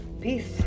Peace